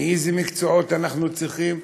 איזה מקצועות אנחנו צריכים.